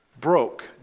broke